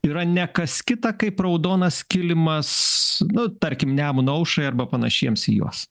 yra ne kas kita kaip raudonas kilimas nu tarkim nemuno aušrai arba panašiems į juos